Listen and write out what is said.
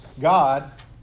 God